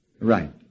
Right